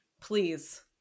please